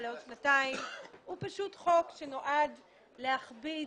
לעוד שנתיים הוא פשוט חוק שנועד להכביד